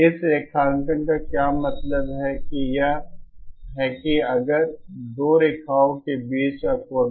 इस रेखांकन का क्या मतलब है कि यह है कि अगर दो रेखाओं के बीच का कोण